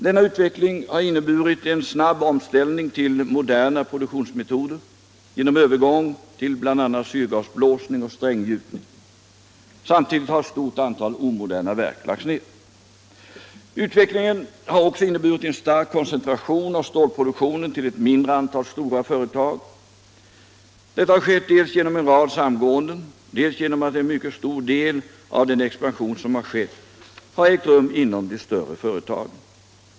Denna utveckling har inneburit en snabb omställning till moderna produktionsmetoder genom övergång till bl.a. syrgasblåsning och stränggjutning. Samtidigt har ett stort antal omoderna verk lagts ned. Utvecklingen har också inneburit en stark koncentration av stålproduktionen till ett mindre antal stora verk. Detta har skett dels genom en rad samgåenden, dels genom att en mycket stor del av den expansion som skett har ägt rum inom de större företagen.